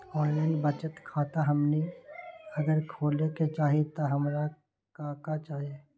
Online बचत खाता हमनी अगर खोले के चाहि त हमरा का का चाहि?